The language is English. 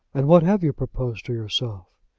and what have you proposed to yourself?